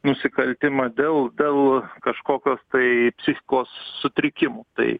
nusikaltimą dėl dėl kažkokios tai psichikos sutrikimų tai